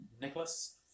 Nicholas